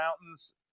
mountains